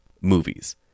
movies